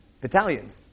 battalions